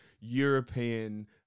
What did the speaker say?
European